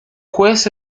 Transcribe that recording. juez